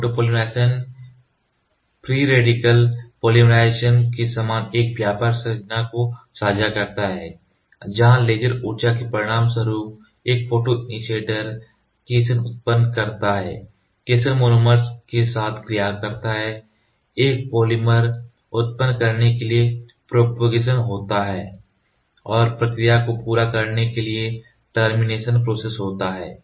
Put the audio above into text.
Cationic photopolymerization free radical polymerization के समान व्यापक संरचना को साझा करता है जहां लेजर ऊर्जा के परिणामस्वरूप एक फोटोइनिशीऐटर केशन उत्पन्न करता है केशन मोनोमर के साथ क्रिया करता है एक पॉलीमर उत्पन्न करने के लिए प्रोपगेशन होता है और प्रतिक्रिया को पूरा करने के लिए टर्मिनेशन प्रोसेस होती है